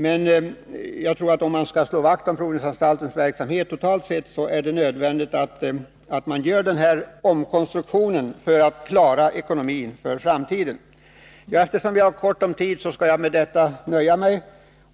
Men om man skall slå vakt om provningsanstalten totalt sett, tror jag det är nödvändigt med denna omkonstruktion för att klara ekonomin. Eftersom vi har ont om tid skall jag nöja mig med detta.